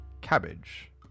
Cabbage